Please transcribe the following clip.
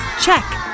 check